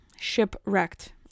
Shipwrecked